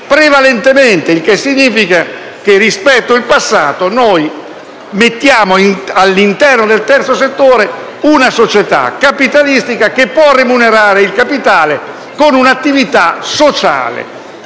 «prevalentemente» significa che, rispetto al passato, mettiamo all'interno del terzo settore un società capitalistica, che può remunerare il capitale con un'attività sociale,